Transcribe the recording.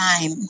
time